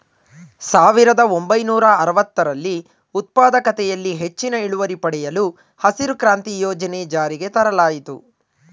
ಸಾವಿರದ ಒಂಬೈನೂರ ಅರವತ್ತರಲ್ಲಿ ಉತ್ಪಾದಕತೆಯಲ್ಲಿ ಹೆಚ್ಚಿನ ಇಳುವರಿ ಪಡೆಯಲು ಹಸಿರು ಕ್ರಾಂತಿ ಯೋಜನೆ ಜಾರಿಗೆ ತರಲಾಯಿತು